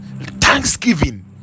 Thanksgiving